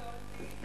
קטונתי,